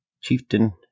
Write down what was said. Chieftain